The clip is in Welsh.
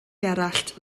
gerallt